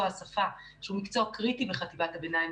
השפה שהוא מקצוע קריטי בחטיבת הביניים,